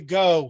go